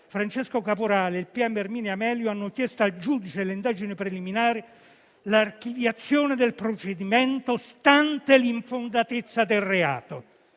Francesco Caporale e il pubblico ministero Erminio Amelio hanno chiesto al giudice delle indagini preliminari l'archiviazione del procedimento, stante l'infondatezza del reato.